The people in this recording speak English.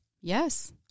Yes